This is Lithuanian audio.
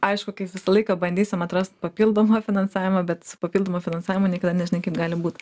aišku kaip visą laiką bandysim atrast papildomą finansavimą bet su papildomu finansavimu niekada nežinai kaip gali būt